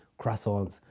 croissants